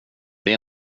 det